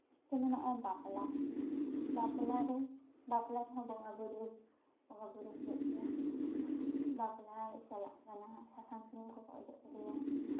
ᱡᱮᱢᱚᱱ ᱱᱚᱜᱼᱚᱭ ᱵᱟᱯᱞᱟ ᱵᱟᱯᱞᱟ ᱨᱮᱦᱚᱸ ᱵᱚᱸᱜᱟᱼᱵᱩᱨᱩ ᱵᱚᱸᱜᱟᱼᱵᱩᱨᱩ ᱦᱩᱭᱩᱜ ᱜᱮᱭᱟ ᱵᱟᱯᱞᱟᱭ ᱪᱟᱞᱟᱜ ᱠᱟᱱᱟ ᱥᱟᱥᱟᱝ ᱥᱩᱱᱩᱢ ᱠᱚᱠᱚ ᱚᱡᱚᱜ ᱠᱮᱫᱮᱭᱟ